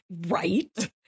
Right